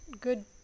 good